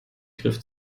griff